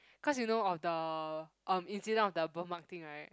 cause you know of the um incident of the birthmark thing right